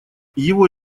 его